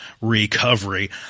recovery